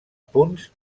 punts